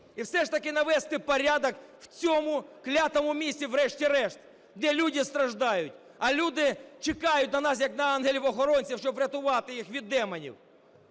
і все ж таки навести порядок в цьому клятому місті врешті-решт, де люди страждають! А люди чекають на нас, як на ангелів-охоронців, щоб врятувати їх від демонів.